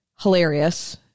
Hilarious